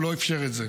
הוא לא אפשר את זה.